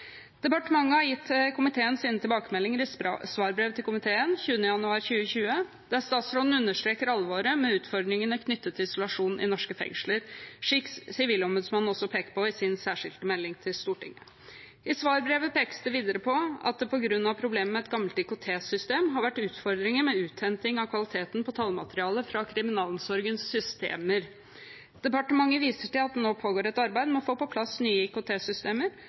Departementet har gitt komiteen sine tilbakemeldinger i svarbrev til komiteen 20. januar 2020 der statsråden understreker alvoret med utfordringene knyttet til isolasjon i norske fengsler, slik Sivilombudsmannen også peker på i sin særskilte melding til Stortinget. I svarbrevet pekes det videre på at det på grunn av problemet med et gammelt IKT-system har vært utfordringer med uthenting av kvaliteten på tallmaterialet fra kriminalomsorgens systemer. Departementet viser til at det nå pågår et arbeid med å få på plass nye